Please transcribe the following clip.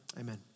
Amen